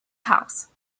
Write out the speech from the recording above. house